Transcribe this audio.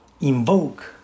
invoke